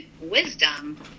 wisdom